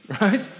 Right